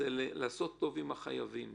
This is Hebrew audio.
לעשות טוב עם החייבים.